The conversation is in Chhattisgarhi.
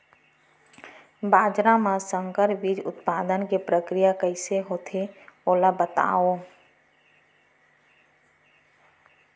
बाजरा मा संकर बीज उत्पादन के प्रक्रिया कइसे होथे ओला बताव?